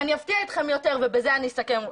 ואני אסכים אתכם יותר ובזה אני אסכם,